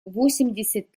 восемьдесят